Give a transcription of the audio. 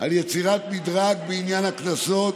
על יצירת מדרג בעניין הקנסות